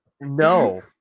No